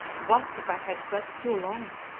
what if i had slept too long!